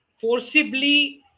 forcibly